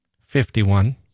Fifty-one